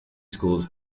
schools